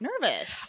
nervous